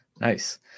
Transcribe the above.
nice